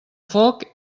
foc